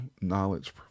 knowledge